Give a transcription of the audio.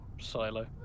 silo